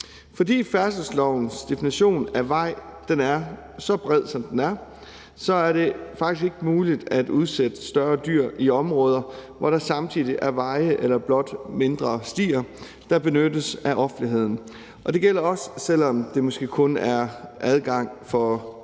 Fordi færdselslovens definition af vej er så bred, som den er, er det faktisk ikke muligt at udsætte større dyr i områder, hvor der samtidig er veje eller blot mindre stier, der benyttes af offentligheden, og det gælder også, selv om der måske kun er adgang for fodgængere